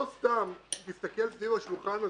לא סתם, תסתכל סביב השולחן הזה,